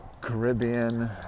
Caribbean